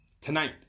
tonight